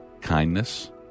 kindness